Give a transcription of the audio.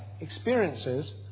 experiences